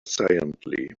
silently